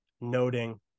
noting